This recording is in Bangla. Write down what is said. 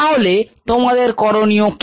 তাহলে তোমাদের করণীয় কি